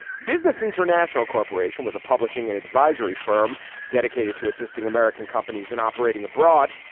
business international corporation was a publishing and advisory firm dedicated to assisting american companies and operating abroad.